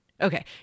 Okay